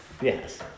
Yes